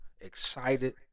excited